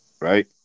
right